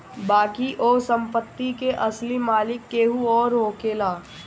बाकी ओ संपत्ति के असली मालिक केहू अउर होखेला